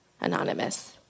anonymous